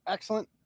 Excellent